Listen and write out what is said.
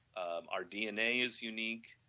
um our dna is unique,